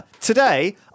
today